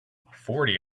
forty